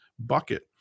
bucket